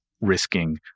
risking